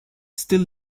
still